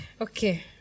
okay